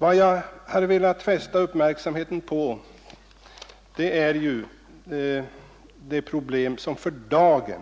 Vad jag har velat fästa uppmärksamheten på är det problem som för dagen